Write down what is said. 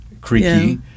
creaky